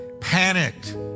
panicked